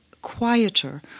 quieter